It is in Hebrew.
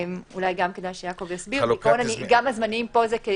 גם הזמנים פה זה כי